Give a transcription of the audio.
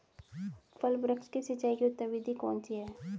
फल वृक्ष की सिंचाई की उत्तम विधि कौन सी है?